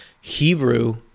Hebrew